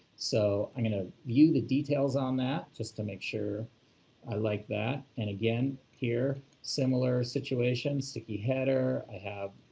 so i'm going to view the details on that just to make sure i like that. and again here, similar situation, sticky header. i have,